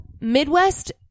Midwest